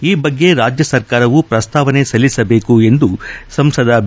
ಈ ಬಗ್ಗೆ ರಾಜ್ಯ ಸರ್ಕಾರವೂ ಪ್ರಸ್ತಾವನೆ ಸಲ್ಲಿಸಬೇಕು ಎಂದು ಸಂಸದ ಬಿ